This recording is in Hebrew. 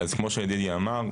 אז כמו שידידיה אמר,